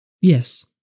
yes